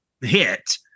hit